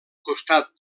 costat